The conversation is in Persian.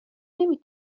نمی